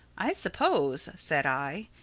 i suppose, said i,